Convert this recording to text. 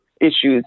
issues